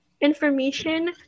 information